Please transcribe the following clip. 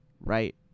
right